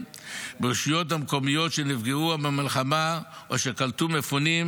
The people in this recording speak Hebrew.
ברשויות המקומיות שנפגעו במלחמה או שקלטו מפונים,